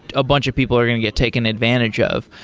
a bunch of people are going to get taken advantage of.